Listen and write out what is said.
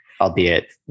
albeit